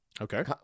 Okay